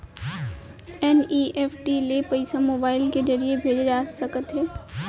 NEFT ले पइसा mobile के ज़रिए भेजे जाथे सकथे?